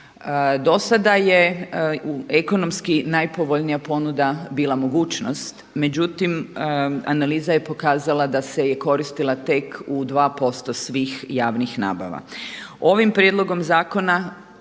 Dosada je u ekonomski najvoljnija ponuda bila mogućnost, međutim analiza je pokazala da se je koristila tek u 2% svih javnih nabava. Ovim prijedlogom zakona